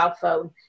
phone